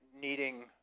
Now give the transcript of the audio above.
needing